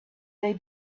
they